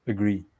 Agree